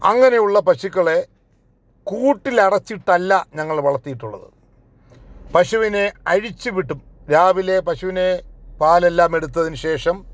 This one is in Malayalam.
അങ്ങനെയുള്ള പശുക്കളെ കൂട്ടിൽ അടച്ചിട്ടല്ല ഞങ്ങൾ വളർത്തിയിട്ടുള്ളത് പശുവിനെ അഴിച്ച് വിടും രാവിലെ പശുവിനെ പാൽ എല്ലാം എടുത്തതിനുശേഷം